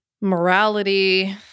morality